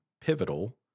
pivotal